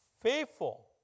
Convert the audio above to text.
faithful